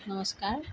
নমস্কাৰ